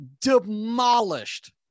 demolished